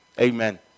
Amen